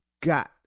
got